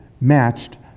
matched